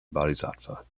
bodhisattva